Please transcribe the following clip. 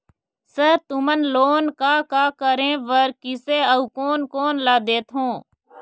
Sir तुमन loan का का करें बर, किसे अउ कोन कोन ला देथों?